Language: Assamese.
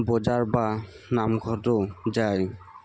বজাৰ বা নামঘৰতো যায়